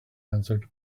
answered